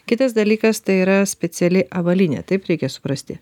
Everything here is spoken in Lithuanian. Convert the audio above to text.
kitas dalykas tai yra speciali avalynė taip reikia suprasti